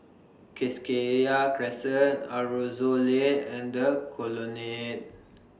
Crescent Aroozoo Lane and The Colonnade